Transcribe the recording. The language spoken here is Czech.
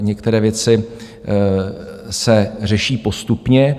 Některé věci se řeší postupně.